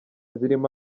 zirimo